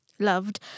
loved